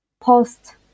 post